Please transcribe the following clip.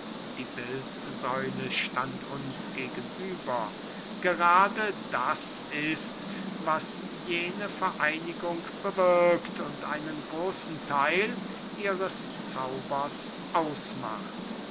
uns gegenüber gerade das ist was jene vereinigung bewirkt und einen großen theil ihres zaubers ausmacht